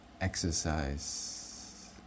Exercise